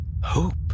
Hope